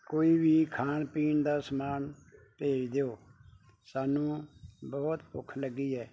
ਕੋਈ ਵੀ ਖਾਣ ਪੀਣ ਦਾ ਸਮਾਨ ਭੇਜ ਦਿਓ ਸਾਨੂੰ ਬਹੁਤ ਭੁੱਖ ਲੱਗੀ ਹੈ